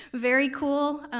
very cool.